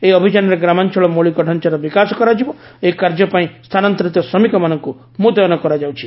ଏହି ଅଭିଯାନରେ ଗ୍ରାମାଞ୍ଚଳ ମୌଳିକ ଡ଼ାଞ୍ଚାର ବିକାଶ କରାଯିବ ଓ ଏହି କାର୍ଯ୍ୟପାଇଁ ସ୍ଥାନାନ୍ତରିତ ଶ୍ରମିକମାନଙ୍କୁ ମୁତୟନ କରାଯାଉଛି